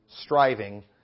striving